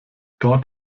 dort